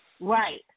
Right